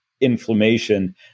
inflammation